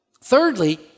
thirdly